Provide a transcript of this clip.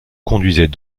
conduisait